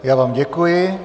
Já vám děkuji.